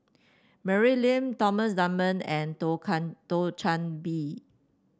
Mary Lim Thomas Dunman and Thio Chan Bee